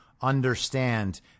understand